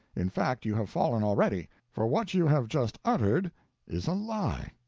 in fact, you have fallen already for what you have just uttered is a lie.